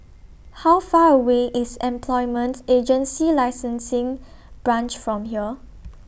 How Far away IS Employment Agency Licensing Branch from here